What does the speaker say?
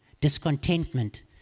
Discontentment